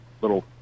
little